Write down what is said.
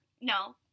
No